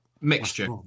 mixture